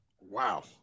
Wow